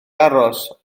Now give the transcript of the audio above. aros